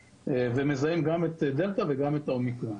והן מזהות גם את זן הדלתא וגם את האומיקרון.